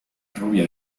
rubia